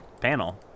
panel